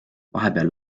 vahepeal